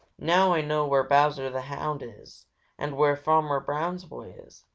now i know where bowser the hound is and where farmer brown's boy is,